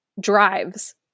drives